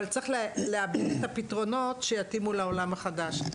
אבל צריך להביא את הפתרונות שיתאימו לעולם החדש.